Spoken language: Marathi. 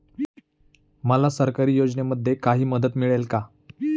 मला सरकारी योजनेमध्ये काही मदत मिळेल का?